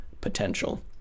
potential